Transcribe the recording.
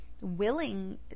willing